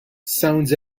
sounds